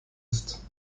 ist